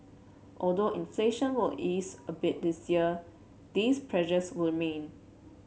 although inflation will ease a bit this year these pressures will remain